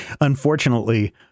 Unfortunately